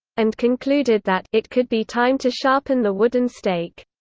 and concluded that it could be time to sharpen the wooden stake.